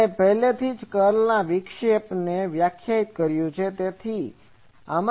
આપણે પહેલેથી જ કર્લના વિક્ષેપને વ્યાખ્યાયિત કર્યું છે